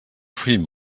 fill